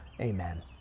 Amen